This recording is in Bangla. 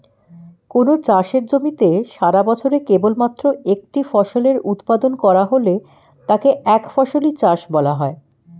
কোনও চাষের জমিতে সারাবছরে কেবলমাত্র একটি ফসলের উৎপাদন করা হলে তাকে একফসলি চাষ বলা হয়